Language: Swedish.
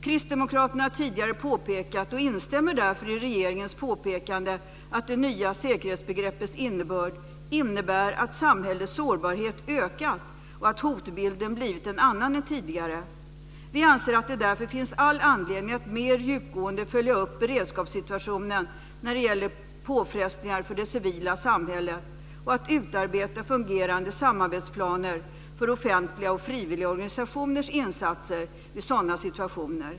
Kristdemokraterna har tidigare påpekat, och instämmer därför i regeringens påpekande, att det nya säkerhetsbegreppets innebörd är att samhällets sårbarhet ökat och att hotbilden blivit en annan än tidigare. Vi anser att det därför finns all anledning att mer djupgående följa upp beredskapssituationen när det gäller påfrestningar för det civila samhället och att utarbeta fungerande samarbetsplaner för offentliga och frivilliga organisationers insatser vid sådana situationer.